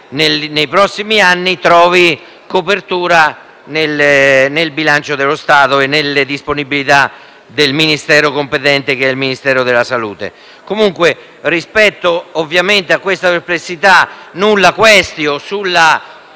nei prossimi anni, trovi copertura nel bilancio dello Stato e nella disponibilità del Ministero competente, che è il Ministero della salute. A parte questa perplessità, *nulla quaestio* sulla